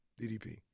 DDP